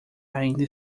ainda